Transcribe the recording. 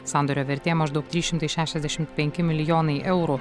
sandorio vertė maždaug trys šimtai šešiasdešimt penki milijonai eurų